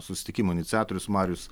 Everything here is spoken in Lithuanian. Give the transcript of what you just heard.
susitikimo iniciatorius marius